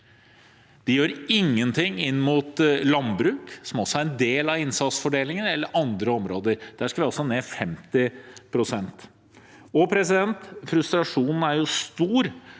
De gjør ingenting inn mot landbruk, som også er en del av innsatsfordelingen, eller andre områder. Der skal vi også ned 50 pst. Frustrasjonen er stor